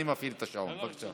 אני מפעיל את השעון, בבקשה.